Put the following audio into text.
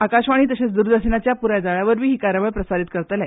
आकाशवाणी तशेच द्रदर्शनाच्या प्राय जाळ्यावरवी ही कार्यावळ प्रसारीत करतले